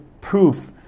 proof